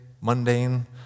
mundane